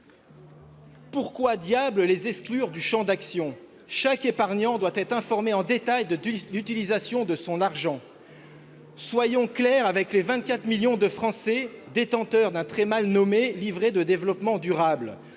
Pourquoi diable exclure ces fonds du champ d'action ? Chaque épargnant doit être informé de manière détaillée de l'utilisation de son argent. Soyons clairs avec les 24 millions de Français détenteurs d'un très mal nommé livret de développement durable